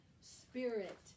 spirit